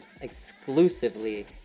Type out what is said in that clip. exclusively